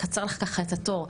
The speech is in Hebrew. אקצר לך ככה את התור",